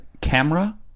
camera